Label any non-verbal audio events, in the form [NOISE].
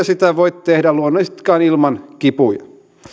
[UNINTELLIGIBLE] sitä voi tehdä luonnollisestikaan ilman kipuja